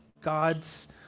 God's